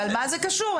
אבל מה זה קשור?